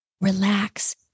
relax